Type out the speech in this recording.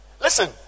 Listen